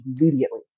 immediately